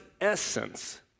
essence